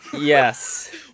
Yes